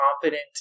confident